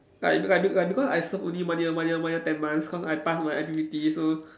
like like like because I serve only one year one year one year ten months cause I past my I_P_P_T so